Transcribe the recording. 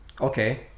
okay